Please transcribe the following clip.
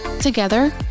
Together